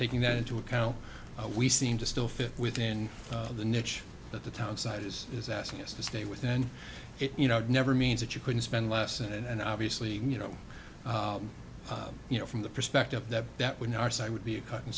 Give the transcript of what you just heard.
taking that into account we seem to still fit within the niche that the townsite is is asking us to stay within it you know it never means that you can spend less and obviously you know you know from the perspective that that when our side would be a cut